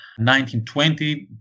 1920